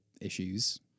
issues